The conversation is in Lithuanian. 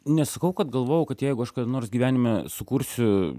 nesakau kad galvojau kad jeigu aš kada nors gyvenime sukursiu